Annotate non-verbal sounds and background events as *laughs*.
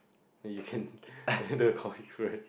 that you can *laughs*